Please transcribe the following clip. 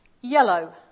Yellow